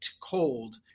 cold